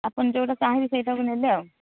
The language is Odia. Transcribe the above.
ଆପଣ ଯେଉଁଟା ଚାହିଁବେ ସେଇଟାକୁ ନେବେ ଆଉ